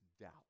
doubt